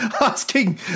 Asking